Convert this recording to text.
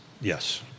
yes